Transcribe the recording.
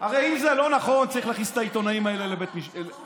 הרי אם זה לא נכון צריך להכניס את העיתונאים האלה לכלא,